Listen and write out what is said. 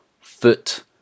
foot